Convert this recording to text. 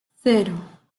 cero